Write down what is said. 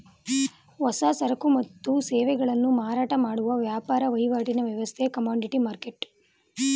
ಹೊಸ ಸರಕು ಮತ್ತು ಸೇವೆಗಳನ್ನು ಮಾರಾಟ ಮಾಡುವ ವ್ಯಾಪಾರ ವಹಿವಾಟಿನ ವ್ಯವಸ್ಥೆ ಕಮೋಡಿಟಿ ಮರ್ಕೆಟ್